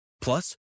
Plus